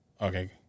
okay